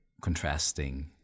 Contrasting